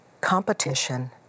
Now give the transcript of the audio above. competition